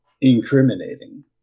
incriminating